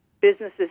businesses